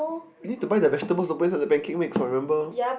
we need to buy the vegetables to put inside the pancake mix [what] for remember